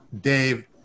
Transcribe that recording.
Dave